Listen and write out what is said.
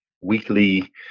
weekly